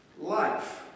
life